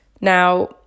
Now